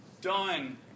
done